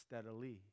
steadily